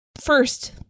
First